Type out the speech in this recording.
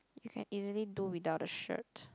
you can easily do without a shirt